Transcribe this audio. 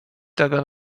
tego